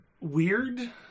weird